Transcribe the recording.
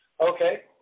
Okay